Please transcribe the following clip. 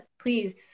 please